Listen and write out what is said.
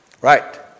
Right